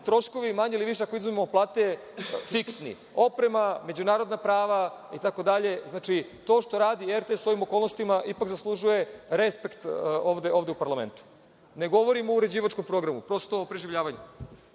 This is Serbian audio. troškovi manje ili više ako izdvojimo plate fiksni, oprema, međunarodna prava i tako dalje. Znači, to što radi RTS u ovim okolnostima ipak zaslužuje respekt ovde u parlamentu. Ne govorim o uređivačkom programu, prosto o preživljavanju.